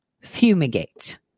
Fumigate